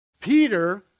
Peter